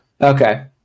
Okay